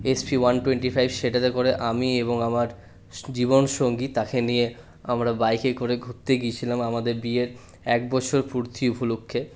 S P one twenty five সেটাতে করে আমি এবং আমার জীবনসঙ্গী তাকে নিয়ে আমরা বাইকে করে ঘুরতে গিয়েছিলাম আমাদের বিয়ের এক বছর পূর্তি উপলক্ষে